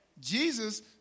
Jesus